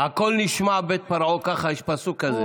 הקול נשמע בית פרעה, יש פסוק כזה.